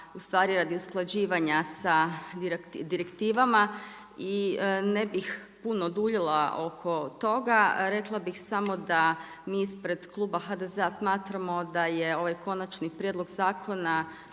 a radi usklađivanja sa direktivama i ne bih puno duljila oko toga. Rekla bih samo da mi ispred kluba HDZ-a smatramo da je ovaj konačni prijedlog zakona